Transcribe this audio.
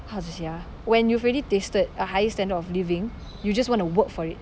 how to say ah when you've already tasted a higher standard of living you just want to work for it